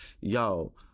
yo